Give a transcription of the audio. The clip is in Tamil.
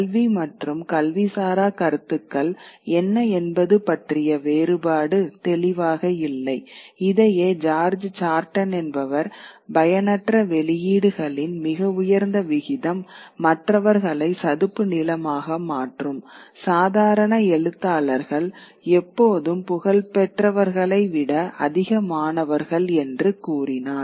கல்வி மற்றும் கல்விசாரா கருத்துக்கள் என்ன என்பது பற்றிய வேறுபாடு தெளிவாக இல்லை இதையே ஜார்ஜ் சார்டன் என்பவர் பயனற்ற வெளியீடுகளின் மிக உயர்ந்த விகிதம் மற்றவர்களை சதுப்பு நிலமாக மாற்றும் சாதாரண எழுத்தாளர்கள் எப்போதும் புகழ்பெற்றவர்களை விட அதிகமானவர்கள் என்று கூறினார்